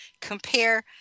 compare